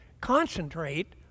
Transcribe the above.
concentrate